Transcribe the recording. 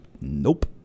Nope